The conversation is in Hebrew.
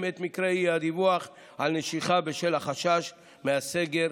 את מקרי האי-דיווח על נשיכה בשל החשש מהסגר